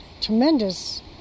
tremendous